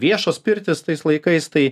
viešos pirtys tais laikais tai